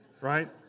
right